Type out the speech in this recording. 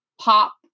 pop